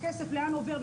לאן עובר,